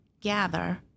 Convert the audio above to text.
gather